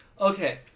Okay